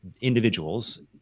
individuals